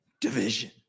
division